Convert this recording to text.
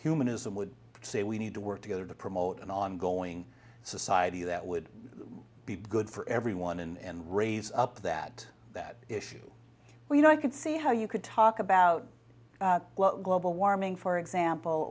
humanism would say we need to work together to promote an ongoing society that would be good for everyone and raise up that that issue where you know i can see how you could talk about global warming for example